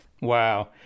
Wow